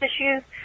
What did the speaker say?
issues